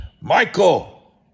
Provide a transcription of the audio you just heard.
Michael